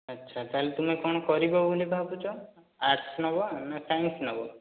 ଆଛା ତା'ହେଲେ ତୁମେ କ'ଣ କରିବ ବୋଲି ଭାବୁଛ ଆର୍ଟ୍ସ ନେବ ନା ସାଇନ୍ସ ନେବ